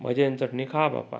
भजे न चटणी खा बाप्पा